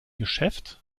geschäft